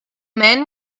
men